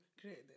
create